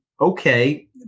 okay